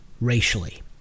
racially